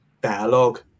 dialogue